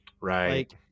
Right